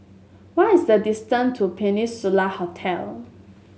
what is the distance to Peninsula Hotel